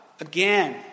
again